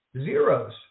zeros